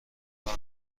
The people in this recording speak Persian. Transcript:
کار